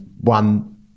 one